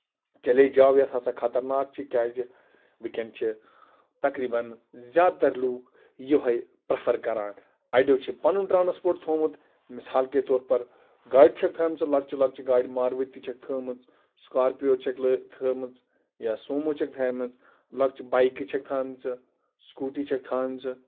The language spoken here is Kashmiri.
چیلینج آو یَتھ ہسا خطر ناک چھُ کیازِ ونکیٚن چھِ تقریٖبَن زیادٕ تَر لوٗکھ یِہوے پرٮ۪فر کران اَڈیو چھُ پَنُن ٹرانَسپوٹ تھوومُت مِثال کہِ تور پَر گاڈِ چھکھ تھاومَژٕ لۄکچہِ لۄکچہِ گاڈِ مارؤتی چھِکھ تھاومٕژ سٔکارپِیو چھِکھ لٲ تھٲومٕژ یا سومو چھَکھ تھاومَژٕ لۄکچہِ بایکہٕ چھَکھ تھاومَژٕ سٔکوٗٹی چھَکھ تھاومَژٕ